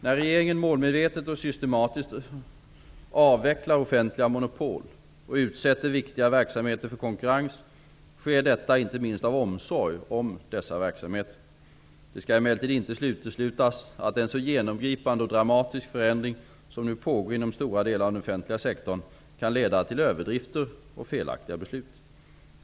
När regeringen målmedvetet och systematiskt avvecklar offentliga monopol och utsätter viktiga verksamheter för konkurrens sker detta inte minst av omsorg om dessa verksamheter. Det skall emellertid inte uteslutas att en så genomgripande och dramatisk förändring som nu pågår inom stora delar av den offentliga sektorn kan leda till överdrifter och felaktiga beslut.